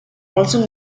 also